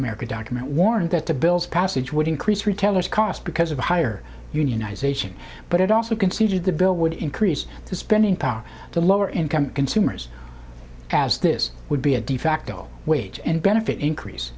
america document warned that the bill's passage would increase retailers cost because of higher unionize aging but it also conceded the bill would increase the spending power to lower income consumers as this would be a de facto wage and benefit increase